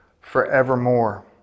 forevermore